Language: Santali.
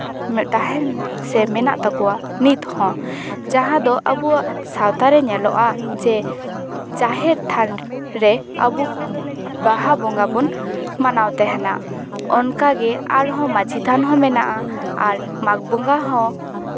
ᱛᱟᱦᱮᱱ ᱥᱮ ᱢᱮᱱᱟᱜ ᱛᱟᱠᱚᱣᱟ ᱱᱤᱛ ᱦᱚᱸ ᱡᱟᱦᱟᱸ ᱫᱚ ᱟᱵᱚᱣᱟᱜ ᱥᱟᱶᱛᱟ ᱨᱮ ᱧᱮᱞᱚᱜᱼᱟ ᱡᱮ ᱡᱟᱦᱮᱨ ᱛᱷᱟᱱ ᱨᱮ ᱟᱵᱚ ᱵᱟᱦᱟ ᱵᱚᱸᱜᱟ ᱵᱚᱱ ᱢᱟᱱᱟᱣ ᱛᱟᱦᱮᱱᱟ ᱚᱱᱠᱟᱜᱮ ᱟᱨᱦᱚᱸ ᱢᱟᱺᱡᱷᱤ ᱛᱷᱟᱱ ᱦᱚᱸ ᱢᱮᱱᱟᱜᱼᱟ ᱟᱨ ᱢᱟᱜᱷ ᱵᱚᱸᱜᱟ ᱦᱚᱸ